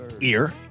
Ear